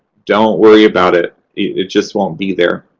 don't worry about it. it just won't be there.